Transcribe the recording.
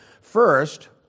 First